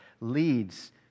leads